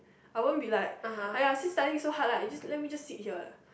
I wouldn't be like !aiya! since studying is so hard you just let me just sit here